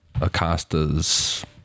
Acosta's